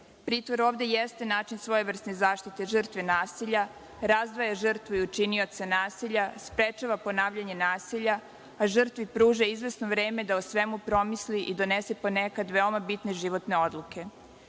Pritvor ovde jeste način svojevrsne zaštite žrtve nasilja, razdvaja žrtve od činioca nasilja, sprečava ponavljanje nasilja, a žrtvi pruža izvesno vreme da o svemu promisli i donese ponekad veoma bitne životne odluke.